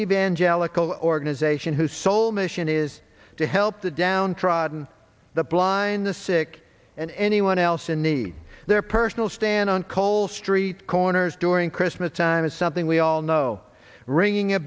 evangelical organization whose sole mission is to help the downtrodden the blind the sick and anyone else in need their personal stand on coal street corners during christmas time is something we all know ring